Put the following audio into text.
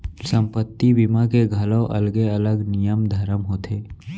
संपत्ति बीमा के घलौ अलगे अलग नियम धरम होथे